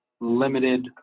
limited